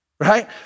right